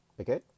Okay